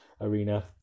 Arena